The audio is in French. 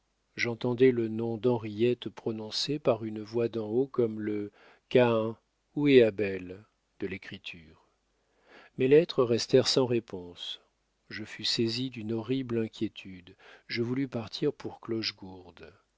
j'entendais le nom d'henriette prononcé par une voix d'en haut comme le caïn où est abel de l'écriture mes lettres restèrent sans réponse je fus saisi d'une horrible inquiétude je voulus partir pour clochegourde